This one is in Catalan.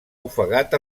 ofegat